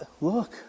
Look